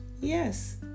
Yes